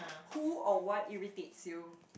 who or what irritates you